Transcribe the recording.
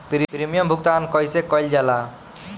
Premium भुगतान कइसे कइल जाला?